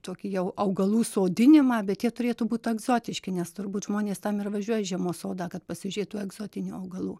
tokį jau augalų sodinimą bet jie turėtų būt egzotiški nes turbūt žmonės tam ir važiuoja į žiemos sodą kad pasižiūrėt tų egzotinių augalų